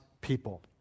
people